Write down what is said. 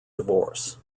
divorce